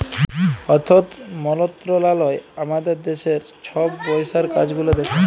অথ্থ মলত্রলালয় আমাদের দ্যাশের ছব পইসার কাজ গুলা দ্যাখে